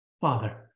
Father